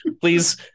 please